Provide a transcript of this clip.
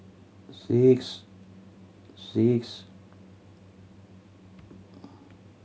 six